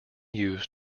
used